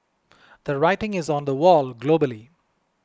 the writing is on the wall globally